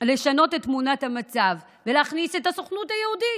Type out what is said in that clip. לשנות את תמונת המצב ולהכניס את הסוכנות היהודית,